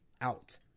out